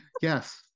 Yes